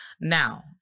Now